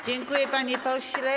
Dziękuję, panie pośle.